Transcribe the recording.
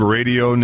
Radio